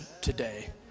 today